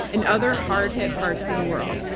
and other hard-hit parts of the world.